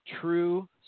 True